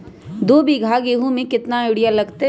दो बीघा गेंहू में केतना यूरिया लगतै?